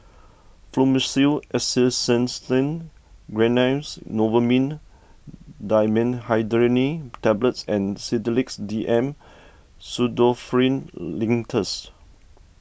Fluimucil Acetylcysteine Ran Lance Novomin Dimenhydrinate Tablets and Sedilix D M Pseudoephrine Linctus